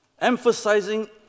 Emphasizing